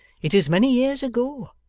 it is many years ago,